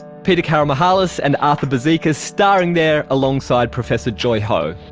peter karamihalis and arthur bozikas starring there alongside professor joy ho.